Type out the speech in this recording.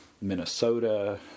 Minnesota